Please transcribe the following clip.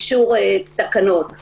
אישור התקנות של בתי הדין.